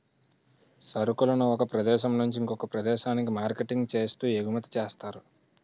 సరుకులను ఒక ప్రదేశం నుంచి ఇంకొక ప్రదేశానికి మార్కెటింగ్ చేస్తూ ఎగుమతి చేస్తారు